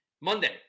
Monday